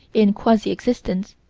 in quasi-existence,